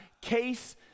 Case